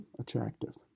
attractive